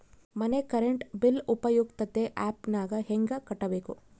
ಮನೆ current bill ಉಪಯುಕ್ತತೆ app ನಾಗ ಹೆಂಗ ಕಟ್ಟಬೇಕು?